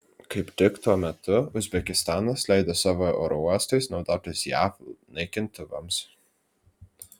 kaip tik tuo metu uzbekistanas leido savo oro uostais naudotis jav naikintuvams